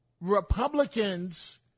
Republicans